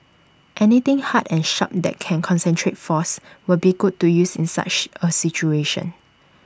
anything hard and sharp that can concentrate force would be good to use in such A situation